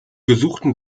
gesuchten